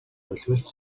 байлгүй